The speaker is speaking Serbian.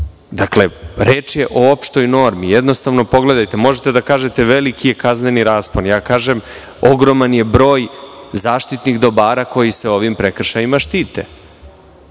reč je o opštoj normi. Pogledajte, možete da kažete – veliki je kazneni raspon. Ja kažem – ogroman je broj zaštitnih dobara koji se ovim prekršajima štite.